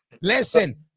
Listen